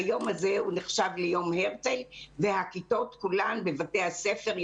היום זה נחשב ליום הרצל והכיתות כולן בבתי הספר,